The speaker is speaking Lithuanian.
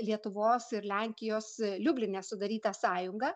lietuvos ir lenkijos liubline sudaryta sąjunga